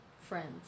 Friends